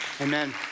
Amen